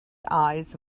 eyes